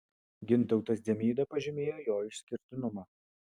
gintautas dzemyda pažymėjo jo išskirtinumą